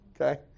okay